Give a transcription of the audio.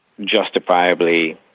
justifiably